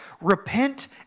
Repent